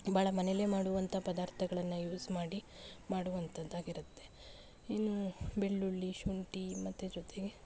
ಭಾಳ ಮನೇಲೆ ಮಾಡುವಂಥ ಪದಾರ್ಥಗಳನ್ನು ಯೂಸ್ ಮಾಡಿ ಮಾಡುವಂಥದ್ದಾಗಿರುತ್ತೆ ಇನ್ನು ಬೆಳ್ಳುಳ್ಳಿ ಶುಂಠಿ ಮತ್ತೆ ಜೊತೆಗೆ